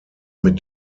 mit